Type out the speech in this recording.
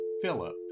Philip